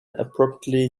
abruptly